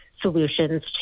solutions